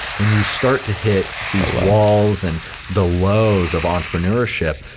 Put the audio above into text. when you start to hit these walls and the lows of entrepreneurship,